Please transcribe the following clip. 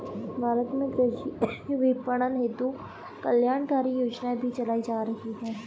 भारत में कृषि विपणन हेतु कल्याणकारी योजनाएं भी चलाई जा रही हैं